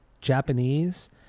Japanese